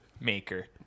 maker